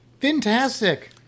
fantastic